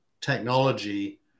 technology